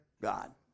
God